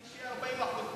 והוויסקי, שיהיו 40% מע"מ.